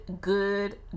good